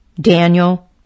Daniel